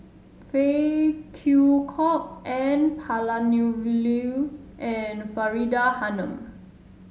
Phey Kew Kok N Palanivelu and Faridah Hanum